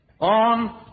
on